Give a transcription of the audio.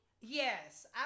Yes